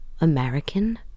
American